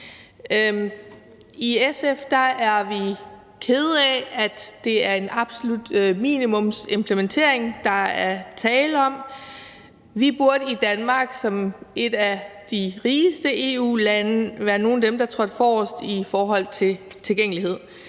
I SF er vi kede af, at det er en absolut minimumsimplementering, der er tale om. Vi burde i Danmark som et af de rigeste EU-lande være nogle af dem, der trådte forrest i forhold til tilgængelighed.